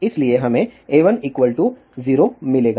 इसलिए हमें A1 0 मिलेगा